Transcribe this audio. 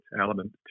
element